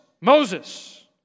Moses